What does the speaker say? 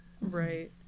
Right